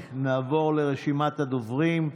נעבור לרשימת הדוברים.